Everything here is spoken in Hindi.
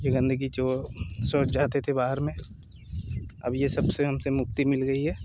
ये गंदगी जो शौच जाते थे बाहर में अब ये सब से हमें मुक्ति मिल गई है